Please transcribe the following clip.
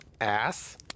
ass